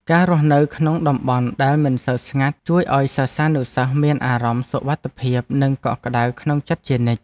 ការរស់នៅក្នុងតំបន់ដែលមិនសូវស្ងាត់ជួយឱ្យសិស្សានុសិស្សមានអារម្មណ៍សុវត្ថិភាពនិងកក់ក្តៅក្នុងចិត្តជានិច្ច។